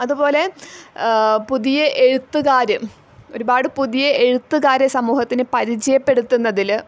അതുപോലെ പുതിയ എഴുത്തുകാർ ഒരുപാട് പുതിയ എഴുത്തുകാരെ സമൂഹത്തിന് പരിചയപ്പെടുത്തുന്നതിൽ